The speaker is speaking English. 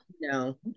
no